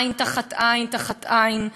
עין תחת עין תחת עין,